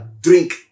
Drink